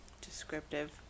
descriptive